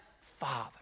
Father